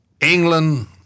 england